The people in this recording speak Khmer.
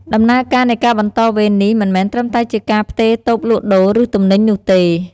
ដំណើរការនៃការបន្តវេននេះមិនមែនត្រឹមតែជាការផ្ទេរតូបលក់ដូរ ឬទំនិញនោះទេ។